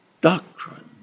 doctrine